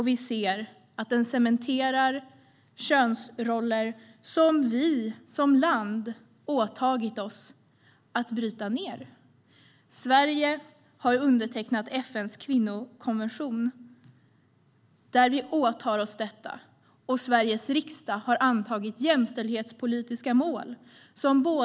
Vi ser att den cementerar könsroller som vi som land har åtagit oss att bryta ned. Sverige har undertecknat FN:s kvinnokonvention där vi åtar oss detta. Sveriges riksdag har antagit jämställdhetspolitiska mål.